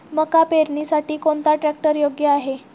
मका पेरणीसाठी कोणता ट्रॅक्टर योग्य आहे?